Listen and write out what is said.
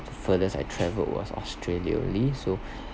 furthest I travel was australia so